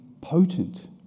potent